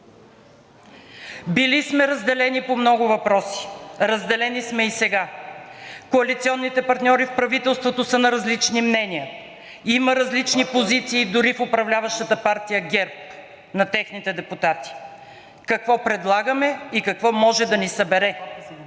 Били сме разделени по много въпроси. Разделени сме и сега. Коалиционните партньори в правителството са на различни мнения. Има различни позиции дори в управляващата партия ГЕРБ – на техните депутати. Какво предлагаме? Какво може да ни събере,